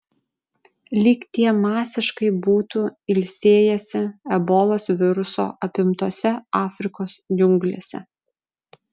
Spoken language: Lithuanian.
lyg tie masiškai būtų ilsėjęsi ebolos viruso apimtose afrikos džiunglėse